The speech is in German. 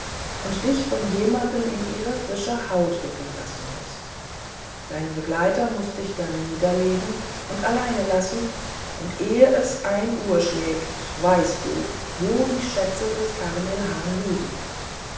und dich von jemand in ihre frische haut wickeln lassen mußt dein begleiter muß dich dann niederlegen und allein lassen und ehe es ein uhr schlägt weißt du wo die schätze des carmilhan liegen